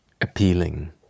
appealing